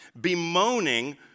Bemoaning